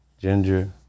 ginger